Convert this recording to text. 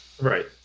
Right